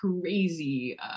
crazy